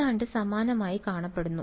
ഏതാണ്ട് സമാനമായി കാണപ്പെടുന്നു